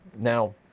Now